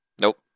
Nope